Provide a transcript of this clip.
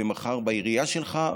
ומחר בעירייה שלך,